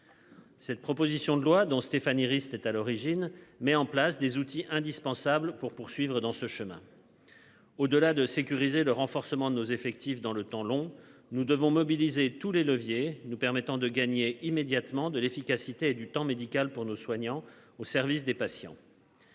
Cette proposition de loi dont Stéphanie Rist est à l'origine met en place des outils indispensables pour poursuivre dans ce chemin. Au delà de sécuriser le renforcement de nos effectifs dans le temps long, nous devons mobiliser tous les leviers nous permettant de gagner immédiatement de l'efficacité du temps médical pour nos soignants au service des patients.